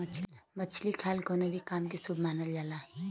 मछरी खाईल कवनो भी काम में शुभ मानल जाला